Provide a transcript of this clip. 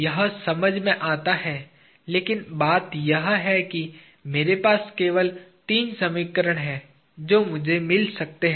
यह समझ में आता है लेकिन बात यह है कि मेरे पास केवल तीन समीकरण हैं जो मुझे मिल सकते हैं